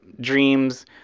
dreams